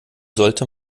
sollte